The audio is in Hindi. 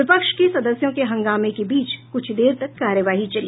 विपक्ष के सदस्यों के हंगामे के बीच क्छ देर तक कार्यवाही चली